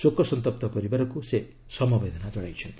ଶୋକସନ୍ତପ୍ତ ପରିବାରକୁ ସେ ସମବେଦନା ଜଣାଇଛନ୍ତି